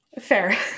Fair